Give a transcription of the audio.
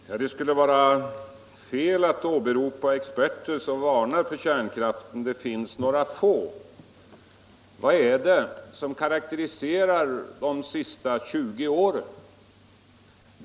Herr talman! Herr Wijkman säger att det skulle vara fel att åberopa experter som varnar för kärnkraften — det finns några få sådana. Men vad är det som karakteriserar de senaste 20 åren?